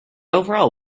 overall